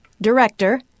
Director